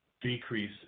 decrease